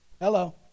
Hello